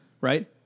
right